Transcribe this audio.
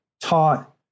taught